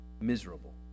miserable